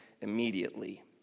immediately